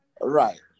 Right